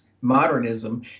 modernism